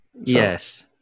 Yes